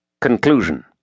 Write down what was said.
Conclusion